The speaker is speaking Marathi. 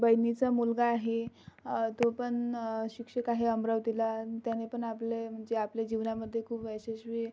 बहिणीचा मुलगा आहे तो पण शिक्षक आहे अमरावतीला त्याने पण आपले म्हणजे आपल्या जीवनामध्ये खूप यशस्वी